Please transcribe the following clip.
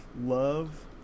Love